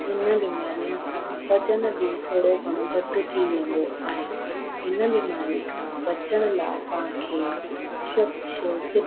हिन बीमारीअ सां वजनु बि थोरो घणो घटि थी वेंदो आहे हिन बीमारी खां बचण लाइ पाण खे स्वच्छ सुठो